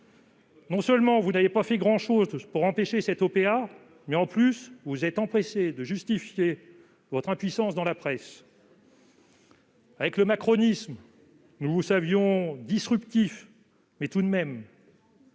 non seulement vous n'avez pas fait grand-chose pour empêcher cette OPA, mais, en plus, vous vous êtes empressé de justifier votre impuissance dans la presse. Avec le macronisme, nous vous savions disruptif, mais tout de même